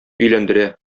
өйләндерә